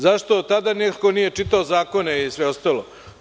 Zašto tada niko nije čitao zakone i sve ostalo.